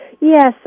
Yes